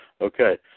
Okay